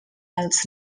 als